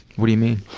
what do you mean?